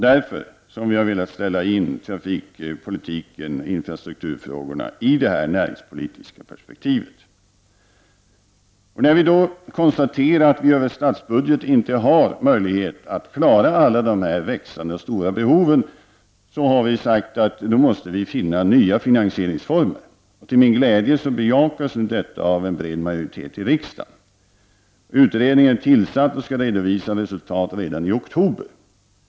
Det är därför vi har velat ställa in trafikpolitiken och infrastrukturfrågorna i ett näringspolitiskt perspektiv. När vi då konstaterar att vi inte har möjlighet att över statsbudgeten klara dessa stora och växande behov, har vi sagt att vi måste finna nya finansieringsformer. Till min glädje bejakas detta av en bred majoritet i riksdagen. En utredning är tillsatt och skall redovisa resultat redan i oktober.